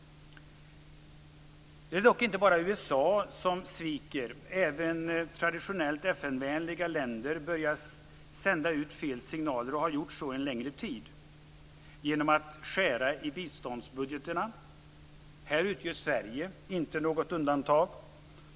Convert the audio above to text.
Det är dock inte bara USA som sviker. Även traditionellt FN-vänliga länder börjar sända ut fel signaler och har gjort så en längre tid genom att skära i biståndsbudgetarna. Här utgör Sverige inte något undantag.